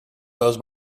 goes